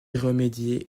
remédier